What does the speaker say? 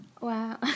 wow